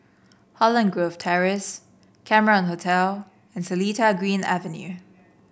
Holland Grove Terrace Cameron Hotel and Seletar Green Avenue